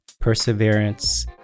perseverance